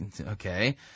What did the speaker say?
Okay